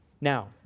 Now